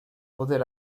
poder